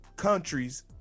countries